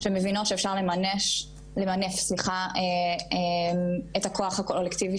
שמבינות שאפשר למנף את הכוח הקולקטיבי